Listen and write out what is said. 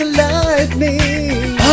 lightning